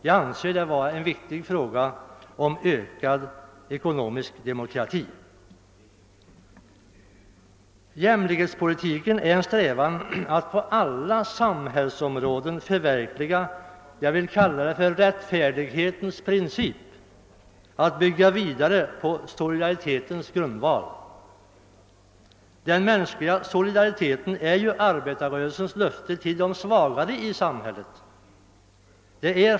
Jag anser det vara ett viktigt inslag i frågan om ökad ekonomisk demokrati. Jämlikhetspolitiken är en strävan att på alla samhällsområden förverkliga vad jag vill kalla rättfärdighetens princip — att bygga vidare på solidaritetens grundval. Den mänskliga solidariteten är ju arbetarrörelsens löfte till de svagare i samhället.